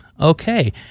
Okay